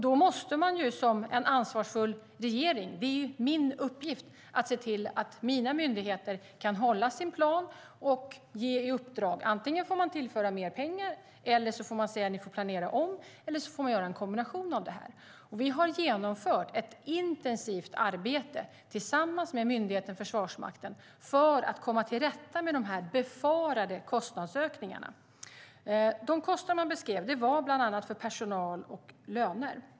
Det är min uppgift att se till att mina myndigheter kan hålla sin plan. Då får man antingen tillföra mer pengar eller säga att de får planera om, eller så får man göra en kombination av detta. Vi har genomfört ett intensivt arbete tillsammans med myndigheten Försvarsmakten för att komma till rätta med de befarade kostnadsökningarna. De kostnader som beskrevs var bland annat för personal och löner.